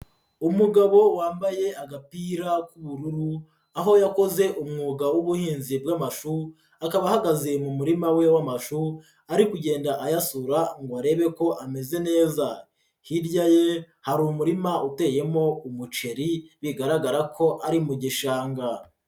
Umugabo wambaye agapira k'ubururu, aho yakoze umwuga w'ubuhinzi bw'amashu akaba ahagaze mu murima we w'amashu, ari kugenda ayasura ngo arebe ko ameze neza, hirya ye hari umurima uteyemo umuceri bigaragara ko ari mu gishanga.